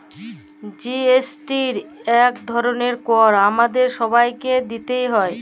GST ইক ধরলের কর আমাদের ছবাইকে দিইতে হ্যয়